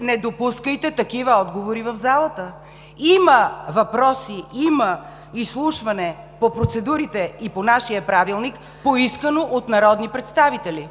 не допускайте такива отговори в залата. Има въпроси, има изслушване по процедурите и по нашия Правилник. Поискано е от народните представители,